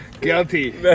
Guilty